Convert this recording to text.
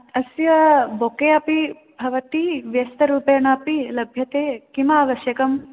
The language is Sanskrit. अस्य बोके अपि भवति व्यस्तरूपेणापि लभ्यते किम् आवश्यकम्